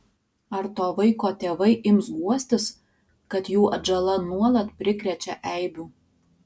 ar to vaiko tėvai ims guostis kad jų atžala nuolat prikrečia eibių